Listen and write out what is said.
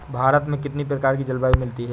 भारत में कितनी प्रकार की जलवायु मिलती है?